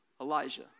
Elijah